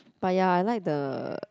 but ya I like the